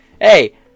Hey